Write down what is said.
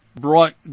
brought